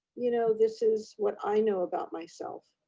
you know this is what i know about myself.